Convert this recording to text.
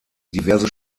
diverse